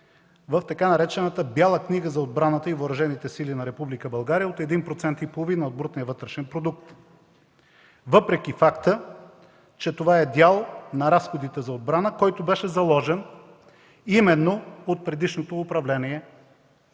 в така наречената „Бяла книга за отбраната и въоръжените сили на Република България” – 1,5% от брутния вътрешен продукт, въпреки факта, че това е дял на разходите за отбрана, заложен именно от предишното управление на